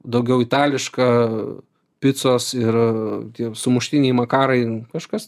daugiau itališką picos ir tie sumuštiniai makarai kažkas